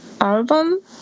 album